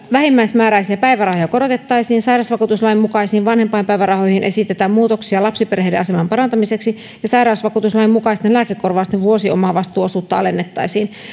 vähimmäismääräisiä päivärahoja korotettaisiin sairausvakuutuslain mukaisiin vanhempainpäivärahoihin esitetään muutoksia lapsiperheiden aseman parantamiseksi ja sairausvakuutuslain mukaisten lääkekorvausten vuosiomavastuuosuutta alennettaisiin